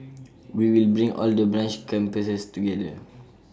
we will bring all the branch campuses together